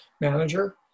manager